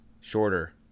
Shorter